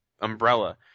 umbrella